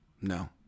No